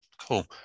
Cool